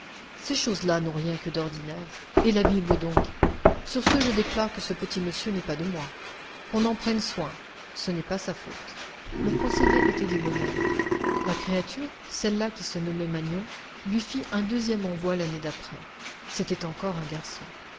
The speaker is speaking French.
ces choses-là n'ont rien que d'ordinaire et la bible donc sur ce je déclare que ce petit monsieur n'est pas de moi qu'on en prenne soin ce n'est pas sa faute le procédé était débonnaire la créature celle-là qui se nommait magnon lui fit un deuxième envoi l'année d'après c'était encore un garçon